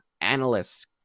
Analysts